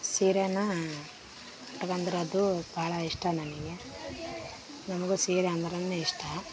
ಸೀರೇನಾ ಉಟ್ಕೊಂಡ್ರ್ ಅದು ಭಾಳ ಇಷ್ಟ ನಮಗೆ ನಮ್ಗು ಸೀರೆ ಅಂದ್ರೇ ಇಷ್ಟ